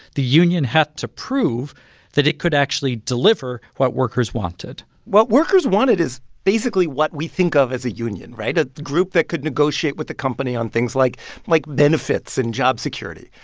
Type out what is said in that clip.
the union had to prove that it could actually deliver what workers wanted what workers wanted is basically what we think of as a union right? a group that could negotiate with the company on things like like benefits and job security.